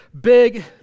big